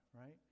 right